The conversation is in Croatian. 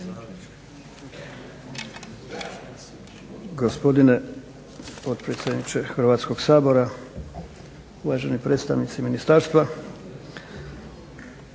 Gospodine potpredsjedniče Hrvatskog sabora, uvaženi predstavnici ministarstva.